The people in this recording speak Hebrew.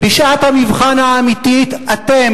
בשעת המבחן האמיתית אתם,